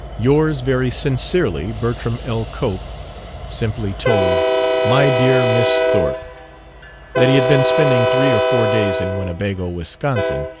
yours very sincerely, bertram l. cope simply told my dear miss thorpe that he had been spending three or four days in winnebago, wisconsin,